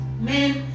men